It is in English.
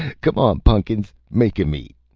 come on, pun'kins make him eat.